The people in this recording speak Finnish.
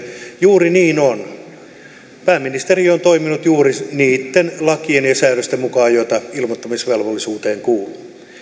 juuri niin on pääministeri on toiminut juuri niitten lakien ja säädösten mukaan joita ilmoittamisvelvollisuuteen kuuluu